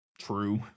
true